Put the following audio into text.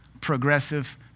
progressive